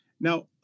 Now